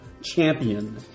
champion